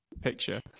picture